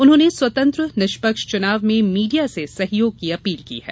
उन्होंने स्वतंत्र निष्पक्ष चुनाव में मीडिया से सहयोग की अपील की है